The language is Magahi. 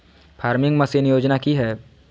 फार्मिंग मसीन योजना कि हैय?